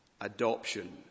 Adoption